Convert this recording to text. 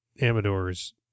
Amador's